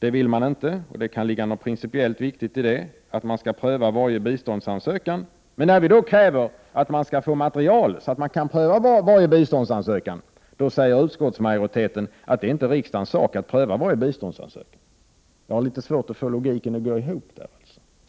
Det vill man inte gå med på, och det kan ligga något principiellt viktigt i detta att man skall pröva varje biståndsansökan. Men när vi då kräver att vi skall få material, så att vi kan pröva varje biståndsansökan, då säger utskottsmajoriteten att det inte är riksdagens sak att pröva varje biståndsansökan. Jag har litet svårt att få logiken att gå ihop.